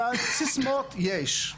כי סיסמאות יש,